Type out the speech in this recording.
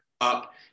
up